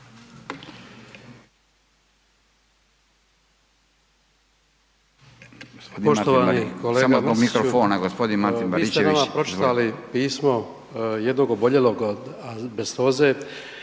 Poštovani kolega Mrsiću, vi ste nama pročitali pismo jednog oboljelog od azbestoze